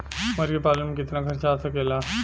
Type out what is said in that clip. मुर्गी पालन में कितना खर्च आ सकेला?